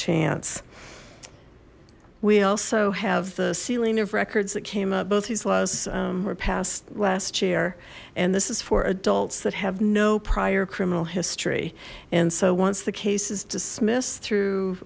chance we also have the sealing of records that came up both these laws were passed last year and this is for adults that have no prior criminal history and so once the case is dismissed through